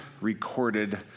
recorded